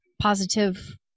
positive